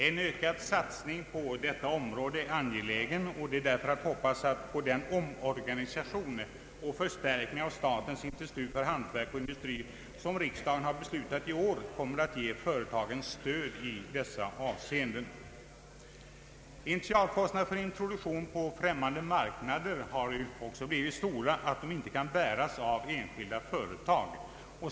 En ökad satsning på utbildningsområdet är angelägen, och det är därför att hoppas att den omorganisation och förstärkning av statens institut för hantverk och industri som riksdagen har beslutat i år kommer att ge företagen stöd i dessa avseenden. Initialkostnaderna för introduktion på främmande marknader har blivit så stora att de inte kan bäras av enskilda företag.